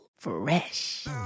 fresh